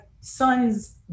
son's